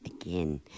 again